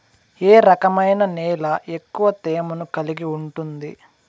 ఏ రకమైన నేల ఎక్కువ తేమను కలిగి ఉంటుంది?